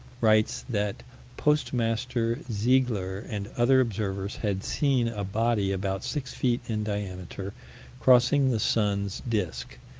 writes that postmaster ziegler and other observers had seen a body about six feet in diameter crossing the sun's disk.